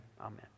Amen